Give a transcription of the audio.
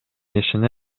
ишине